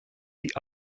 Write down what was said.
die